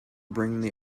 bringing